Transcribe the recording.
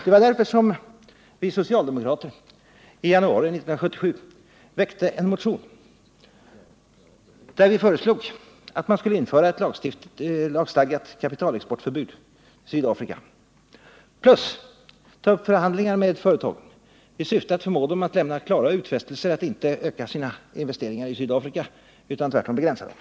Det var mot denna bakgrund som vi socialdemokrater i januari 1977 väckte en motion där vi föreslog att man skulle införa ett lagstadgat förbud mot kapitalexport till Sydafrika och ta upp förhandlingar med företagen i syfte att förmå dem att lämna klara utfästelser att inte öka sina investeringar i Sydafrika utan tvärtom begränsa dem.